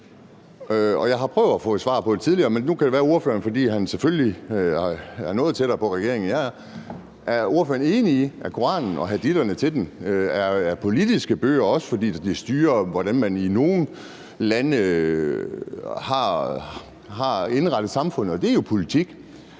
Jeg har prøvet at få et svar på det tidligere, men nu kan det være, at ordføreren, fordi han selvfølgelig er noget tættere på regeringen, end jeg er, kan svare på, om han er enig i, at Koranen og haditherne er politiske bøger, fordi de styrer, hvordan man i nogle lande har indrettet samfundet, og det er jo politik.